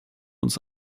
uns